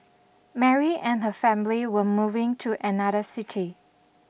Mary and her family were moving to another city